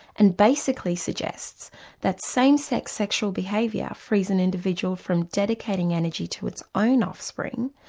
and basically suggests that same sex sexual behaviour frees an individual from dedicating energy to its own offspring,